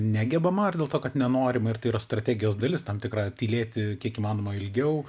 negebama ar dėl to kad nenorima ir tai yra strategijos dalis tam tikra tylėti kiek įmanoma ilgiau